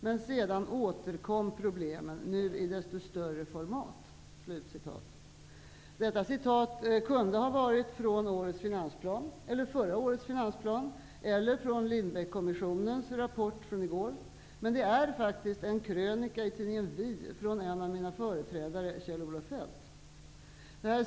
Men sedan återkom problemen, nu i desto större format.'' Detta citat kunde ha varit från årets finansplan, eller från förra årets finansplan, eller från Lindbeckkommissionens rapport från i går. Men det är faktiskt en krönika från tidningen Vi skriven av en av mina företrädare, Kjell-Olof Feldt.